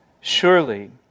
surely